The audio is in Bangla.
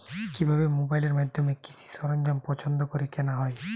কিভাবে মোবাইলের মাধ্যমে কৃষি সরঞ্জাম পছন্দ করে কেনা হয়?